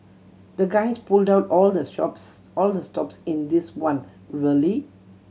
the guys pulled out all the stops all the stops in this one really